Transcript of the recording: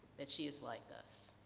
that she is like us.